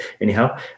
anyhow